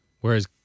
Whereas